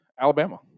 alabama